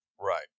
Right